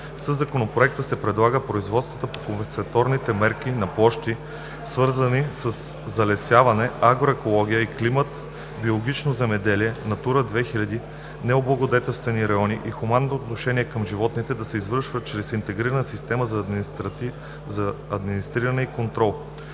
Със Законопроекта се предлага производствата по компенсаторните мерки на площи, свързани със залесяване, агроекология и климат, биологично земеделие, Натура 2000, необлагодетелствани райони и хуманно отношение към животните да се извършват чрез Интегрираната система за администриране и контрол